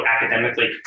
academically